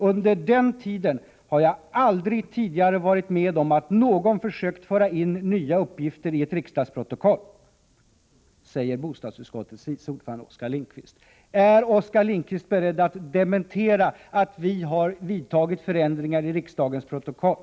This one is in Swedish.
Under den tiden har jag aldrig tidigare varit med om att någon försökt föra in nya uppgifter i ett riksdagsprotokoll, säger bostadsutskottets vice ordförande Oskar Lindkvist .” Är Oskar Lindkvist beredd att dementera påståendet att vi har vidtagit förändringar i riksdagens protokoll?